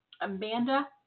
Amanda